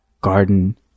garden